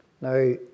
Now